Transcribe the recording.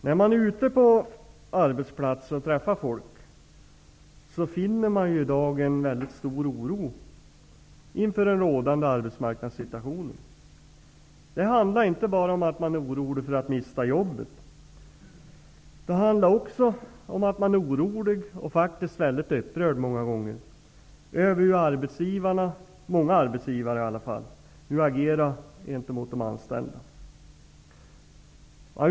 När man i dag är ute på arbetsplatser och träffar folk finner man en stor oro inför den rådande arbetsmarknadssituationen. Det handlar inte bara om att man är orolig för att mista jobbet, utan det handlar också om att man är orolig och ofta upprörd över hur många arbetsgivare nu agerar gentemot de anställda.